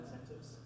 incentives